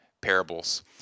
parables